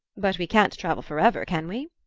but we can't travel forever, can we?